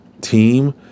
team